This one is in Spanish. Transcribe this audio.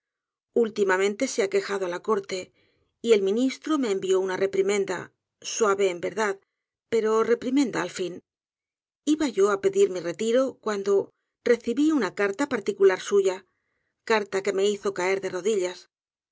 últimamente se ha quejado á la corte y el ministro me envió una reprimenda suave en verdad pero reprimenda al fin iba ya á pedir mi retiro cuando recibí una carta particular suya carta que me hizo caer de rodillas